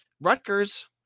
Rutgers